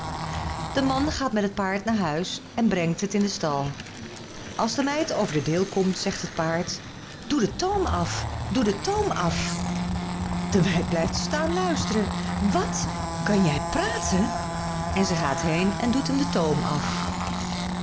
de man gaat met het paard naar huis en brengt het in den stal als de meid over den deel komt zegt het paard doe den toom af doe den toom af de meid blijft staan luisteren wat kan jij praten en ze gaat heen en doet hem den toom af